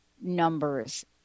numbers